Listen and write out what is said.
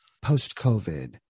post-COVID